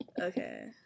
Okay